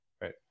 right